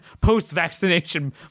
post-vaccination